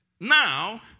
Now